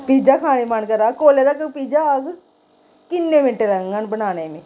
pizza खाने गी मन करा दा कोल्ले तगर पिज्जा आह्ग किन्ने मिंट्ट लगङन बनाने में